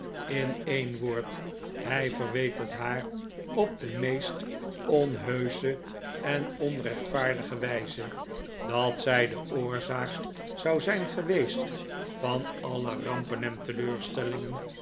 in een woord hij verweet het haar op de meest onheusche en onrechtvaardige wijze dat zij de oorzaak zou zijn geweest van alle rampen en teleurstellingen